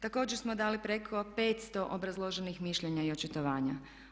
Također smo dali preko 500 obrazloženih mišljenja i očitovanja.